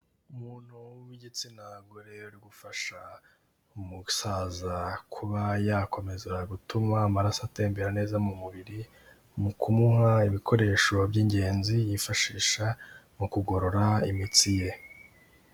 Umuntu w'igitsina gore uri gufasha umusaza kuba yakomeza gutuma amaraso atembera neza mu mubiri, mu kumuha ibikoresho by'ingenzi yifashisha mu kugorora imitsi ye.